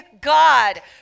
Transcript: God